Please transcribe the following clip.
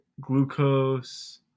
Glucose